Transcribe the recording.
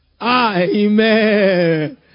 Amen